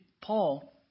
Paul